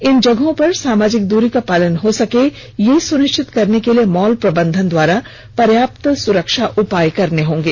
इन जगहों पर सामाजिक दूरी का पालन हो सके यह सुनिश्चित करने के लिए मॉल प्रबंधन द्वारा पर्याप्त उपाय करने होंगे